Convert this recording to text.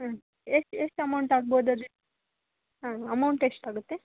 ಹಾಂ ಎಷ್ಟು ಎಷ್ಟು ಅಮೌಂಟ್ ಆಗ್ಬೋದು ಅದು ಹಾಂ ಅಮೌಂಟ್ ಎಷ್ಟು ಆಗುತ್ತೆ